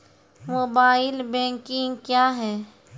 Mobile banking क्या हैं?